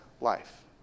life